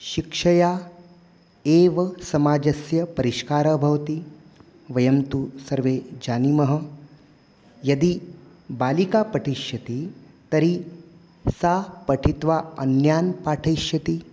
शिक्षया एव समाजस्य परिष्कारः भवति वयं तु सर्वे जानीमः यदि बालिका पठिष्यति तर्हि सा पठित्वा अन्यान् पाठयिष्यति